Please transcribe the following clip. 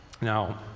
Now